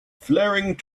flaring